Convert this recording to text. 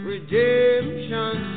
Redemption